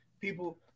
people